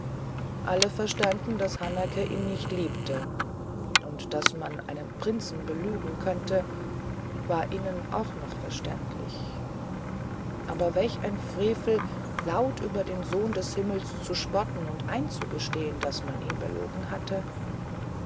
alle verstanden daß hanake ihn nicht liebte und daß man einen prinzen belügen könnte war ihnen auch noch verständlich aber welch ein frevel laut über den sohn des himmels zu spotten und einzugestehen daß man ihn belogen hatte